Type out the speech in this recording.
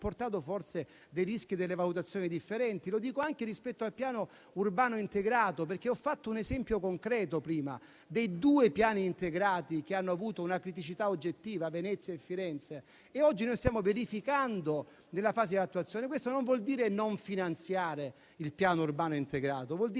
comportato delle differenti valutazioni dei rischi. Dico questo anche rispetto al piano urbano integrato, perché prima ho fatto un esempio concreto dei due piani integrati che hanno avuto una criticità oggettiva (Venezia e Firenze) e oggi noi stiamo verificando nella fase attuazione. Questo non vuol dire non finanziare il piano urbano integrato, ma evitare